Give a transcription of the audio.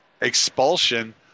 expulsion